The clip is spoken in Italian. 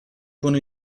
con